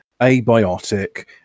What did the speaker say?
abiotic